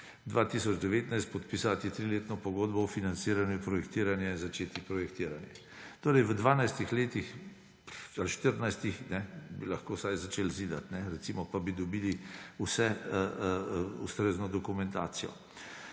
2019 podpisati 3-letno pogodbo o financiranju projektiranja in začetku projektiranja. Torej v 12 letih ali 14 bi lahko vsaj začeli zidati, recimo, pa bi dobili vso ustrezno dokumentacijo.